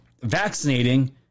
vaccinating